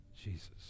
Jesus